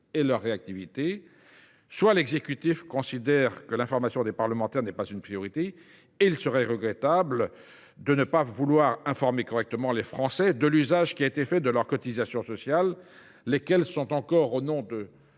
et leur réactivité ; soit l’exécutif considère que l’information des parlementaires n’est pas une priorité. Il serait regrettable qu’il ne veuille pas informer correctement les Français de l’usage qui a été fait de leurs cotisations sociales. Ces dernières sont, pour notre